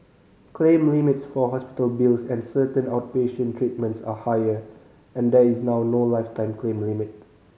claim limits for hospital bills and certain outpatient treatments are higher and there is now no lifetime claim limit